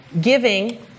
giving